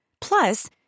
Plus